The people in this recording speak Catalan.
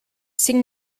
cinc